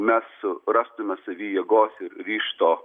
mes rastume savy jėgos ir ryžto